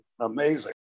amazing